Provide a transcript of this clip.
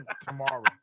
tomorrow